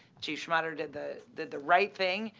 chief schmaderer did the the right thing.